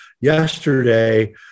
yesterday